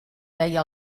veia